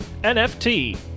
NFT